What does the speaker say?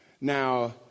Now